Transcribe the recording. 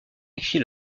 écrit